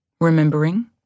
Remembering